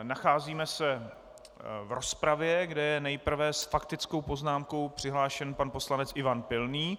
Nacházíme se v rozpravě, kde je nejprve s faktickou poznámkou přihlášen pan poslanec Ivan Pilný.